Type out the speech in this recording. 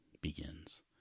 begins